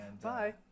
Bye